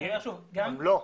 לא.